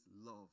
love